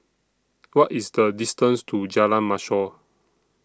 What IS The distance to Jalan Mashor